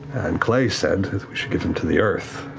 clay said that we should give him to the earth,